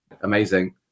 amazing